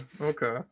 okay